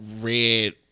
red